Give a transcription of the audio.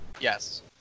yes